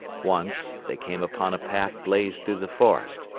once, they came upon a path blazed through the forest,